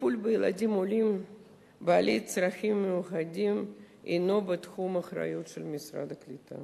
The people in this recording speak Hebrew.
הטיפול בילדים עולים בעלי צרכים מיוחדים אינו בתחום אחריות משרד הקליטה